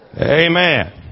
Amen